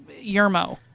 Yermo